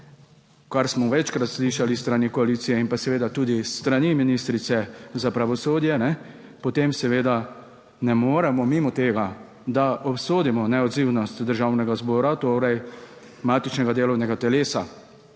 kar smo večkrat slišali s strani koalicije in pa seveda tudi s strani ministrice za pravosodje, ne, potem seveda ne moremo mimo tega, da obsodimo neodzivnost Državnega zbora, torej matičnega delovnega telesa,